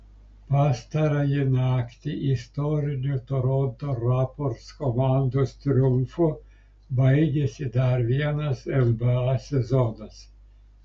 pastarąjį naktį istoriniu toronto raptors komandos triumfu baigėsi dar vienas nba sezonas